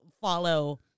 follow